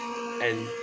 and